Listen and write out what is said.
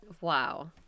Wow